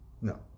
no